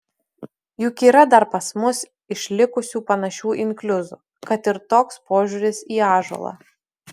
juk yra dar pas mus išlikusių panašių inkliuzų kad ir toks požiūris į ąžuolą